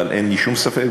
אבל אין לי שום ספק,